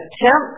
attempt